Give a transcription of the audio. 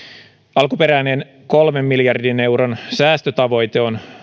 alkuperäinen kolmen miljardin euron säästötavoite on